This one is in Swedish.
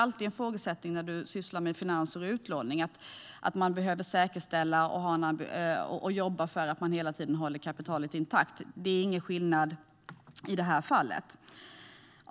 När man sysslar med finans och utlåning är det alltid en förutsättning att man hela tiden jobbar för att hålla kapitalet intakt. Det är ingen skillnad i det här fallet.